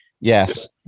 Yes